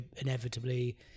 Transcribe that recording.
inevitably